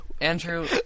Andrew